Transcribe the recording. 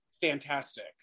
fantastic